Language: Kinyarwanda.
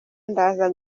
ndaza